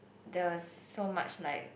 there was so much like